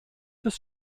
des